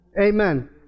Amen